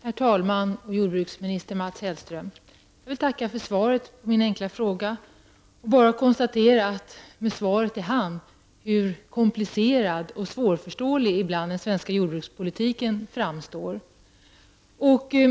Herr talman! Herr jordbruksminister Mats Hellström! Jag vill tacka för svaret på min enkla fråga och med svaret i hand bara konstatera hur komplicerad och ibland svårförståelig den svenska jordbrukspolitiken framstår.